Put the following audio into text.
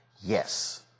Yes